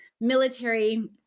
military